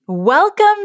Welcome